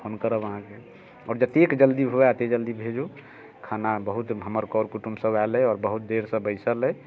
phone करब अहाँकेँ आओर जतेक जल्दी हुए ओते जल्दी भेजु खाना बहुत हमर कर कुटुंब सभ आएल अइ आओर बहुत देरसँ बैसल अइ